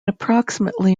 approximately